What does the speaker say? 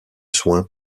soins